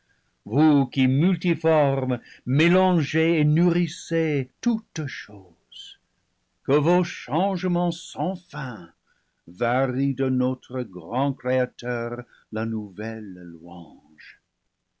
qui multiformes mélangez et nourrissez ce toutes choses que vos changements sans fin varient de notre grand créateur la nouvelle louange